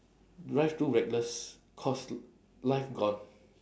drive too reckless cost life gone